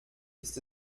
ist